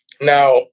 Now